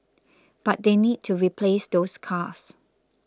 but they need to replace those cars